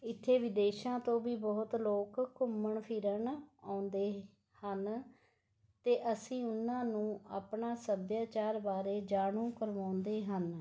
ਇੱਥੇ ਵਿਦੇਸ਼ਾਂ ਤੋਂ ਵੀ ਬਹੁਤ ਲੋਕ ਘੁੰਮਣ ਫਿਰਨ ਆਉਂਦੇ ਹਨ ਅਤੇ ਅਸੀਂ ਉਨ੍ਹਾਂ ਨੂੰ ਆਪਣਾ ਸੱਭਿਆਚਾਰ ਬਾਰੇ ਜਾਣੂ ਕਰਵਾਉਂਦੇ ਹਨ